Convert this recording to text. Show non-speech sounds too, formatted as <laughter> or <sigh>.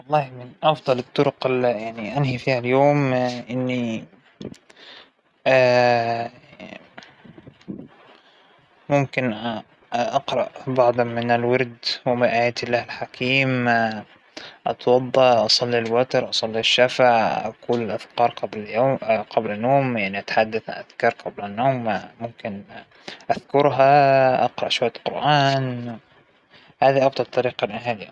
ما فينى احدد وظيفة معينة، أنا الحمد لله ناجحة بوظيفتى جداً جداً، <hesitation> لكن خلينى أحكى إنى عندى نقاط قوة كثيرة فى أكثر من مجال، يمكن أعتقد أنه لو إنى بدأت شغل بواحد من هذه المجالات، إنى راح أنجح فيه، وراح أترك علامة فيه، لكن اسم مجال معين مو عابالى الحين أى شى.